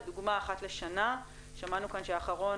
לדוגמה אחת לשנה - שמענו כאן שהאחרון